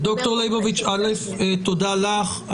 דוקטור ליבוביץ, תודה לך.